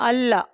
ಅಲ್ಲ